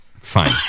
Fine